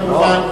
כמובן,